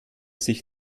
sich